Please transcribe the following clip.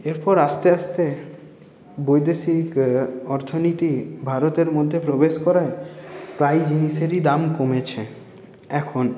এরপর আস্তে আস্তে বৈদেশিক অর্থনীতি ভারতের মধ্যে প্রবেশ করায় প্রায়ই জিনিসেরই দাম কমেছে এখন